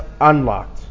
unlocked